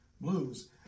blues